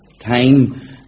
Time